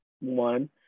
one